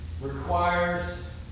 requires